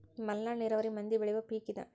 ಮಲ್ನಾಡ ನೇರಾವರಿ ಮಂದಿ ಬೆಳಿಯುವ ಪಿಕ್ ಇದ